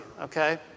okay